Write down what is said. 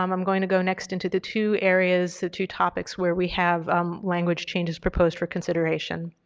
um i'm going to go next into the two areas, the two topics where we have um language changes proposed for consideration.